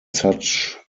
such